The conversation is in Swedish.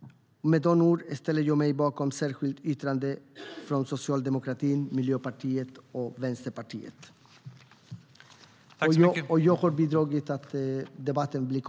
Med de orden ställer jag mig bakom det särskilda yttrandet från Socialdemokraterna, Miljöpartiet och Vänsterpartiet.